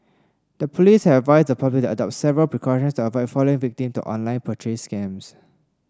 the police have advised the public to adopt several precautions to avoid falling victim to online purchase scams